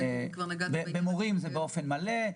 מורים זה באופן מלא,